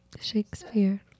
shakespeare